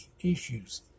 issues